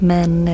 Men